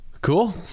cool